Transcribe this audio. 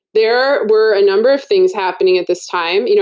there were a number of things happening at this time. you know